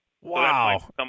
Wow